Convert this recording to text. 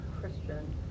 Christian